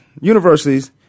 universities